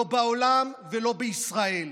לא בעולם ולא בישראל.